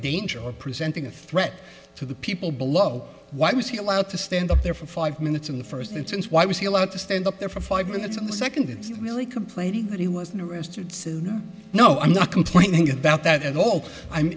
danger or presenting a threat to the people below why was he allowed to stand up there for five minutes in the first instance why was he allowed to stand up there for five minutes in the second it's not really complaining that he wasn't arrested says no no i'm not complaining about that at all i'm